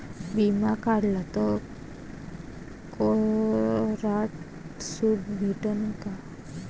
बिमा काढला तर करात सूट भेटन काय?